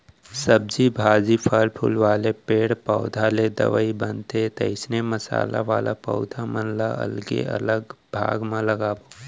सब्जी भाजी, फर फूल वाला पेड़ पउधा ले दवई बनथे, तइसने मसाला वाला पौधा मन ल अलगे अलग भाग म लगाबे